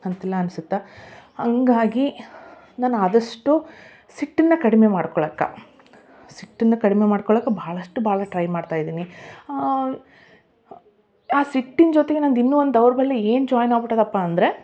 ಅಂತೆಲ್ಲ ಅನ್ಸತ್ತ ಹಾಗಾಗಿ ನಾನು ಆದಷ್ಟು ಸಿಟ್ಟನ್ನ ಕಡಿಮೆ ಮಾಡ್ಕೊಳಕ್ಕ ಸಿಟ್ಟನ್ನ ಕಡಿಮೆ ಮಾಡ್ಕೊಳಕ್ಕ ಭಾಳಷ್ಟು ಭಾಳ ಟ್ರೈ ಮಾಡ್ತಾ ಇದ್ದೀನಿ ಆ ಸಿಟ್ಟಿನ ಜೊತೆ ನಂದು ಇನ್ನು ಒಂದು ದೌರ್ಬಲ್ಯ ಏನು ಜೋಯ್ನ್ ಆಗ್ ಬಿಟ್ಟದಪ್ಪ ಅಂದರೆ